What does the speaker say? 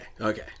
okay